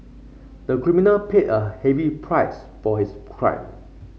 the criminal paid a heavy price for his crime